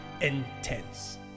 intense